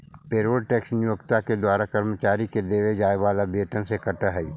payroll tax नियोक्ता के द्वारा कर्मचारि के देवे जाए वाला वेतन से कटऽ हई